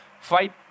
fight